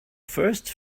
first